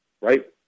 right